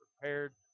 prepared